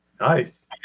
Nice